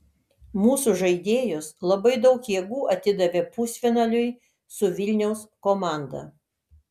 mūsų žaidėjos labai daug jėgų atidavė pusfinaliui su vilniaus komanda